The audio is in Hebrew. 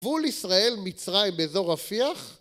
גבול ישראל-מצרים-אזור רפיח